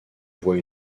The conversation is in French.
voie